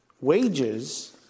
Wages